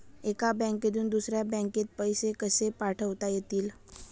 एका बँकेतून दुसऱ्या बँकेत पैसे कसे पाठवता येतील?